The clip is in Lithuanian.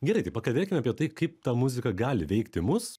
gerai tai pakalbėkim apie tai kaip ta muzika gali veikti mus